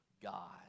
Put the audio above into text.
God